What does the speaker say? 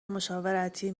مشاورتی